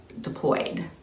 deployed